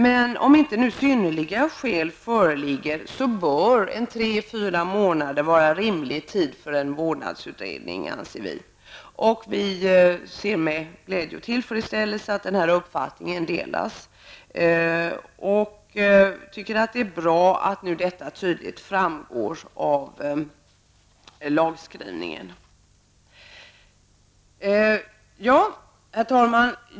Men om inte synnerliga skäl föreligger bör, menar vi, en period om tre fyra månader vara en rimlig tid för en vårdnadsutredning. Vi ser med glädje och tillfredsställelse att denna uppfattning delas av andra och tycker att det är bra att detta tydligt framgår av lagskrivningen. Herr talman!